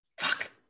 Fuck